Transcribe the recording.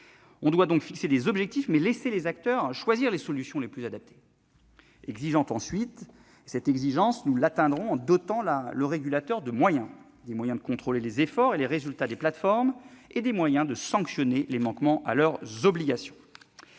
il faut donc fixer des objectifs, mais laisser les acteurs choisir les solutions les plus adaptées. Exigeante, ensuite ; cette exigence, nous l'atteindrons en dotant le régulateur de moyens pour contrôler les efforts et les résultats des plateformes, ainsi que pour sanctionner les manquements à leurs obligations.